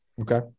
Okay